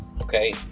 Okay